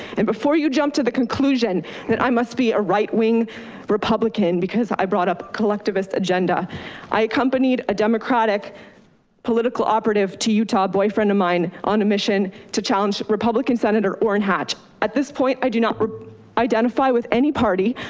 and before you jumped to the conclusion that i must be a right wing republican, because i brought up collectivist agenda i accompanied a democratic political operative to utah boyfriend of mine on a mission to challenge republican senator orrin hatch. at this point, i do not identify with any party.